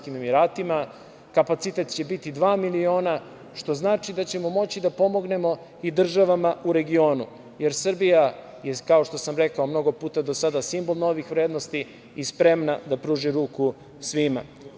Kapacitet će biti dva miliona, što znači da ćemo moći da pomognemo i državama u regionu, jer Srbija je, kao što sam rekao, mnogo puta do sada simbol novih vrednosti i spremna da pruži ruku svima.